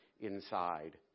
inside